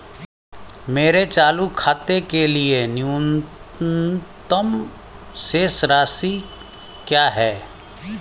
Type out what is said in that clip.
मेरे चालू खाते के लिए न्यूनतम शेष राशि क्या है?